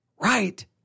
right